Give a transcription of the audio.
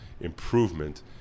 improvement